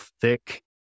thick